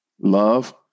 love